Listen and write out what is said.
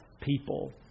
people